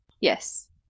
Yes